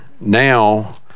now